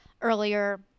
earlier